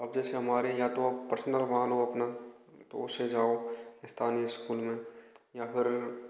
अब जैसे हमारे यहाँ तो पर्सनल वाहन हो अपना तो उस से जाओ स्थानीय स्कूल में या फिर